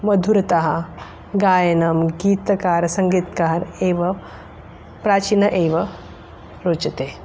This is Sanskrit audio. मधुरतः गायनं गीतकारः सङ्गीत्कारः एव प्राचीनम् एव रोचते